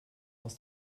aus